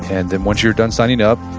and then once you're done signing up,